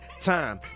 Time